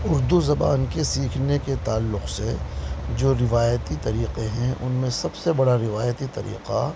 اردو زبان کے سیکھنے کے تعلق سے جو روایتی طریقے ہیں ان میں سب سے بڑا روایتی طریقہ